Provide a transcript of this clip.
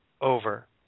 over